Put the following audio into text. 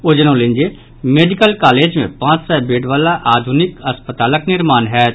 ओ जनौलनि जे medical college मे पांच सय बेड वला आधुनिक अस्पतालक निर्माण होयत